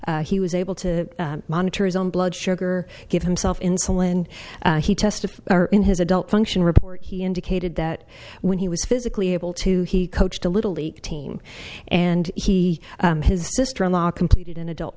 he was able to monitor his own blood sugar give himself insulin he testified in his adult function report he indicated that when he was physically able to he coached a little league team and he his sister in law completed an adult